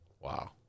Wow